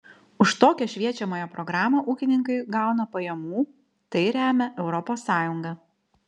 už tokią šviečiamąją programą ūkininkai gauna pajamų tai remia europos sąjunga